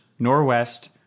Norwest